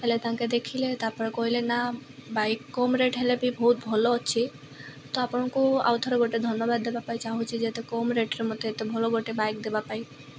ହେଲେ ତାଙ୍କେ ଦେଖିଲେ ତାପରେ କହିଲେ ନା ବାଇକ୍ କମ୍ ରେଟ୍ ହେଲେ ବି ବହୁତ ଭଲ ଅଛି ତ ଆପଣଙ୍କୁ ଆଉ ଥରେ ଗୋଟେ ଧନ୍ୟବାଦ ଦେବା ପାଇଁ ଚାହୁଁଛି ଯେ ଏତେ କମ୍ ରେଟ୍ରେ ମୋତେ ଏତେ ଭଲ ଗୋଟେ ବାଇକ୍ ଦେବା ପାଇଁ